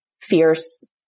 fierce